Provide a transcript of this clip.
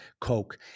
coke